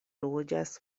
loĝas